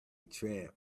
tramp